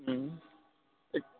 మ్మ్